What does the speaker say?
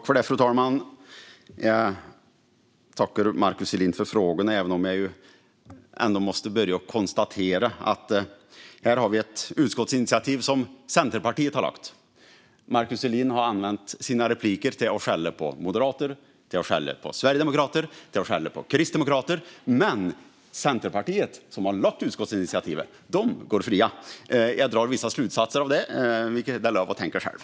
Fru talman! Jag tackar Markus Selin för frågorna. Jag måste börja med att konstatera att vi har ett utskottsinitiativ som Centerpartiet har lagt fram. Markus Selin har använt sina repliker till att skälla på moderater, sverigedemokrater och kristdemokrater, men Centerpartiet, som har lagt fram utskottsinitiativet, går fria. Jag drar vissa slutsatser av detta, men där är det lov att tänka själv.